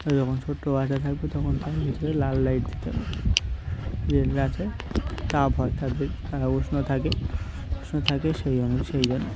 আর যখন ছোট্ট বাচ্চা থাকবে তখন তার ভিতরে লাল লাইট দিতে হবে যে আছে তাপ হয় তাদের তারা উষ্ণ থাকে উষ্ণ থাকে সেই অনু সেই জন্য